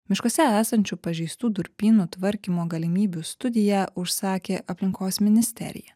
miškuose esančių pažeistų durpynų tvarkymo galimybių studiją užsakė aplinkos ministerija